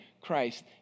Christ